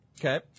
Okay